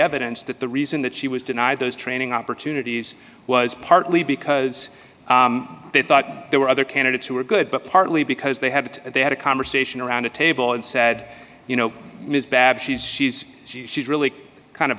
evidence that the reason that she was denied those training opportunities was partly because they thought there were other candidates who were good but partly because they had they had a conversation around a table and said you know ms babs she's she's she's really kind of